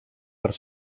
per